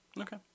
Okay